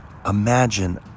Imagine